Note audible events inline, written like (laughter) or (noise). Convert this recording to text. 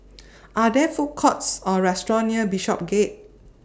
(noise) Are There Food Courts Or restaurants near Bishopsgate